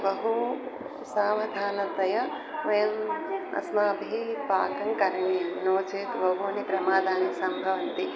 बहु सावधानतया वयम् अस्माभिः पाकः करणीयः नो चेत् बहूनि प्रमादानि सम्भवन्ति